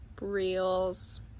reels